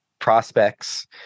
prospects